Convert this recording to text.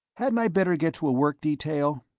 hadn't i better get to a work detail?